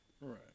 Right